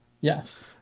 Yes